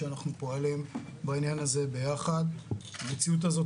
שאנחנו פועלים בעניין הזה ביחד המציאות הזאת